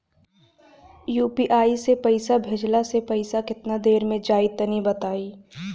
UPI से पईसा भेजलाऽ से पईसा केतना देर मे जाई तनि बताई?